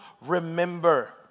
remember